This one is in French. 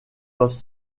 doivent